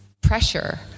pressure